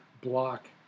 block